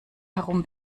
herum